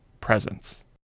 presence